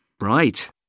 Right